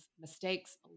mistakes